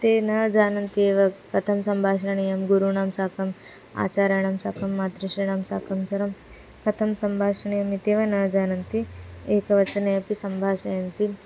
ते न जानन्ति एव कथं सम्भाषणीयं गुरूणां साकम् आचार्याणां साकं मातुश्रीणां साकं सर्वं कथं सम्भाषणीयम् इत्येव न जानन्ति एकवचने अपि सम्भाषयन्ति